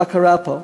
מה קרה פה?